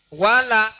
wala